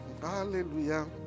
Hallelujah